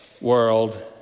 world